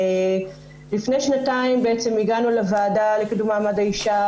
לפני שנתיים הגענו לוועדה לקידום מעמד האישה.